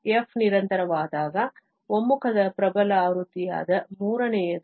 f ನಿರಂತರವಾದಾಗ ಒಮ್ಮುಖದ ಪ್ರಬಲ ಆವೃತ್ತಿಯಾದ ಮೂರನೆಯದು